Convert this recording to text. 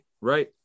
right